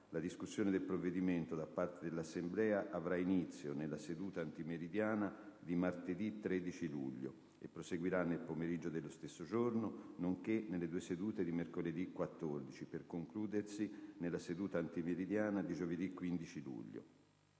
la discussione del provvedimento da parte dell'Assemblea avrà inizio nella seduta antimeridiana di martedì 13 luglio e proseguirà nel pomeriggio dello stesso giorno, nonché nelle due sedute di mercoledì 14, per concludersi nella seduta antimeridiana di giovedì 15 luglio.